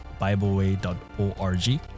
bibleway.org